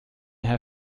herr